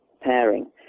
pairing